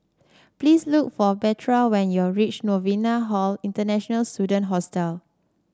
please look for Bertha when you reach Novena Hall International Student Hostel